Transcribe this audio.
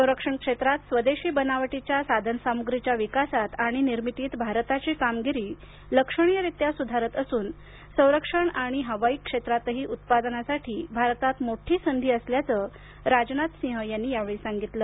संरक्षण क्षेत्रात भारत स्वदेशी बनावटीच्या साधन सामुग्रीच्या विकासात आणि निर्मितीतभारताची कामगिरी लक्षणीय रीत्या सुधारत असून संरक्षण आणि अंतराळ क्षेत्रातहीउत्पादनात भारतात मोठी संधी असल्याचं राजनाथ सिंह यांनी यावेळी सांगितलं